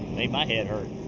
made my head hurt.